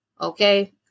okay